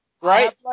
Right